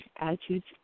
attitudes